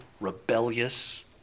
rebellious